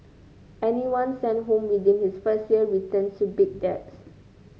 anyone sent home within his first year returns to big debts